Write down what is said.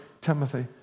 Timothy